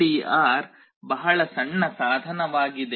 LDR ಬಹಳ ಸಣ್ಣ ಸಾಧನವಾಗಿದೆ